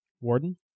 Warden